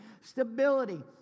stability